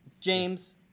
James